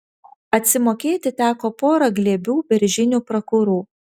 atsimokėti teko pora glėbių beržinių prakurų